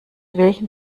welchen